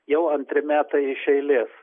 jau antri metai iš eilės